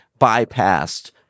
bypassed